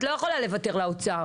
את לא יכולה לוותר לאוצר.